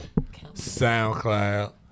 SoundCloud